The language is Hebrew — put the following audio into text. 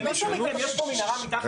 למישהו מכם יש פה מנהרה מתחת לבית?